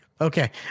okay